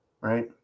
Right